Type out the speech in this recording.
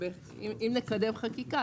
אם נקדם חקיקה,